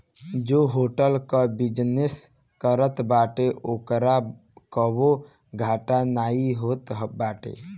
जे होटल कअ बिजनेस करत बाटे ओकरा कबो घाटा नाइ होत बाटे